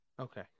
Okay